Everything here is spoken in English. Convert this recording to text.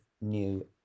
new